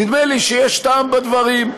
נדמה לי שיש טעם בדברים.